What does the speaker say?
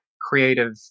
creative